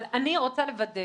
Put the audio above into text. אבל אני רוצה לוודא